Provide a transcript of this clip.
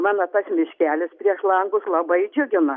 mano tas miškelis prieš langus labai džiugina